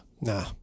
Nah